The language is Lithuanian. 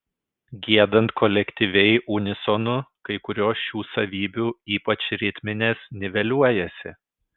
giedant kolektyviai unisonu kai kurios šių savybių ypač ritminės niveliuojasi